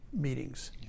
meetings